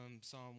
Psalm